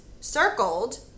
circled